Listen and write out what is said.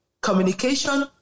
communication